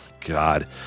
god